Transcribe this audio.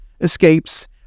escapes